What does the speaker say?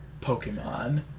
Pokemon